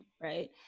right